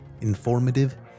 informative